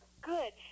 Good